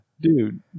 Dude